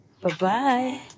Bye-bye